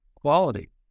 quality